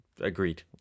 Agreed